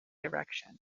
direction